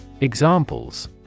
Examples